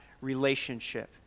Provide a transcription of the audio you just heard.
relationship